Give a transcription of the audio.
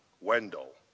Wendell